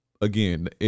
Again